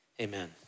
Amen